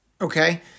Okay